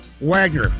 Wagner